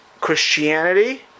Christianity